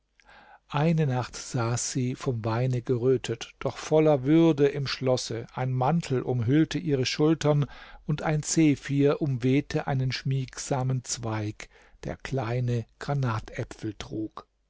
eine nacht saß sie vom weine gerötet doch voller würde im schlosse ein mantel umhüllte ihre schultern und ein zephyr umwehte einen schmiegsamen zweig der kleine granatäpfel trug